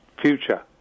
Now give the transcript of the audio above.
future